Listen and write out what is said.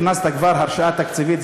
הכנסת כבר הרשאה תקציבית.